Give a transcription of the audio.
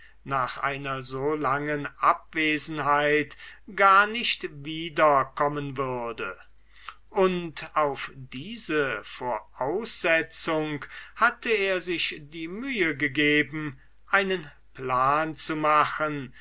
nach einer so langen abwesenheit gar nicht wiederkommen würde und auf diese voraussetzung hatte er sich die mühe gegeben einen plan zu machen